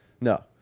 No